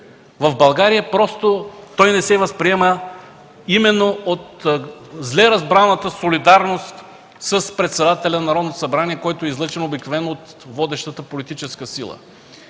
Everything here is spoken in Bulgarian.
В България той не се възприема именно от зле разбраната солидарност с председателя на Народното събрание, който обикновено е излъчен от водещата политическа сила.